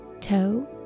toe